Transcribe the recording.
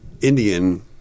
Indian